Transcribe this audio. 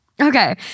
Okay